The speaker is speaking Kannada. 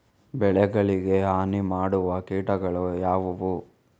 ಬೆಳೆಗಳಿಗೆ ಹಾನಿ ಮಾಡುವ ಕೀಟಗಳು ಯಾವುವು?